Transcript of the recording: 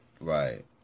Right